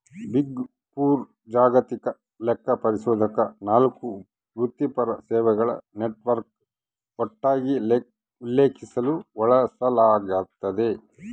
big four ಜಾಗತಿಕ ಲೆಕ್ಕಪರಿಶೋಧಕ ನಾಲ್ಕು ವೃತ್ತಿಪರ ಸೇವೆಗಳ ನೆಟ್ವರ್ಕ್ ಒಟ್ಟಾಗಿ ಉಲ್ಲೇಖಿಸಲು ಬಳಸಲಾಗ್ತದ